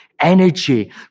energy